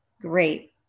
great